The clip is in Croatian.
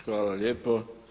Hvala lijepo.